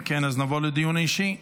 אם כן, נעבור לדיון האישי.